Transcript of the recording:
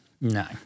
no